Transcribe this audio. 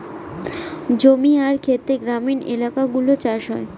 জমি আর খেতে গ্রামীণ এলাকাগুলো চাষ হয়